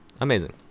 amazing